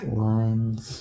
lines